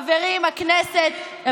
גדעון סער הוא, תודה רבה.